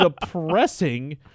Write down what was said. depressing